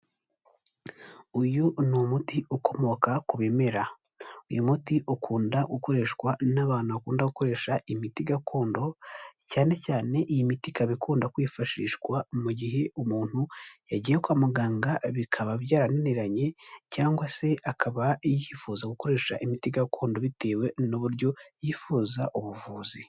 Uyu ni umuti ukomoka ku bimera, uyu muti ukunda gukoreshwa n'abantu bakunda gukoresha imiti gakondo, cyane cyane iyi miti ikaba ikunda kwifashishwa mu gihe umuntu yagiye kwa muganga, bikaba byarananiranye cyangwa se akaba yifuza gukoresha imiti gakondo bitewe n'uburyo yifuza ubuvuzi.